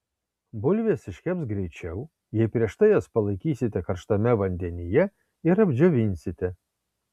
bulvės iškeps greičiau jei prieš tai jas palaikysite karštame vandenyje ir apdžiovinsite